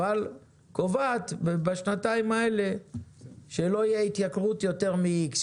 אבל קובעת בשנתיים האלה שלא יהיה התייקרויות יותר מ-X,